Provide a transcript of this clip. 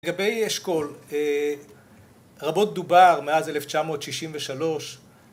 לגבי אשכול, רבות דובר מאז 1963